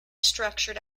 structured